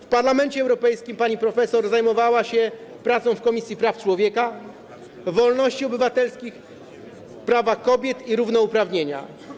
W Parlamencie Europejskim pani profesor zajmowała się pracą w Komisji: Praw Człowieka, Wolności Obywatelskich, Praw Kobiet i Równouprawnienia.